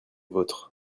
vôtres